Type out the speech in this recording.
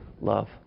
love